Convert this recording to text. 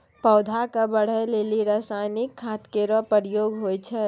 पौधा क बढ़ै लेलि रसायनिक खाद केरो प्रयोग होय छै